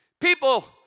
People